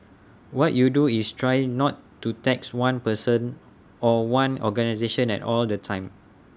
what you do is try not to tax one person or one organisation at all the time